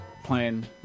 Playing